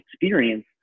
experience